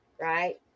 right